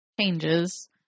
changes